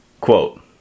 Quote